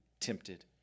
tempted